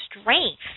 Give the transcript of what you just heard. strength